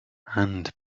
and